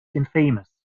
infamous